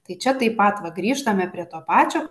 tai čia taip pat va grįžtame prie to pačio